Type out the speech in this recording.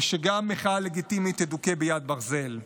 וגם מחאה לגיטימית תדוכא ביד ברזל.